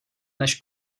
než